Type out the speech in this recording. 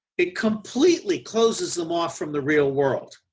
it completely closes them off from the real world.